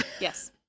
Yes